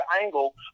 angle